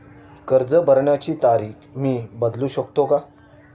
कर्ज भरण्याची तारीख मी बदलू शकतो का?